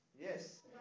Yes